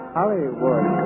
Hollywood